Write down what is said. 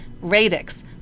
Radix